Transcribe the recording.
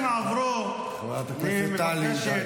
חברת הכנסת טלי, די.